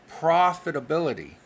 profitability